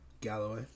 Galloway